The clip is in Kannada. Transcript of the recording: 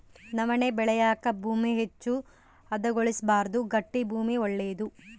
ನವಣೆ ಬೆಳೆಯಾಕ ಭೂಮಿ ಹೆಚ್ಚು ಹದಗೊಳಿಸಬಾರ್ದು ಗಟ್ಟಿ ಭೂಮಿ ಒಳ್ಳೇದು